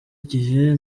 igihe